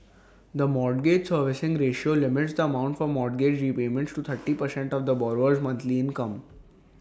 the mortgage servicing ratio limits the amount for mortgage repayments to thirty percent of the borrower's monthly income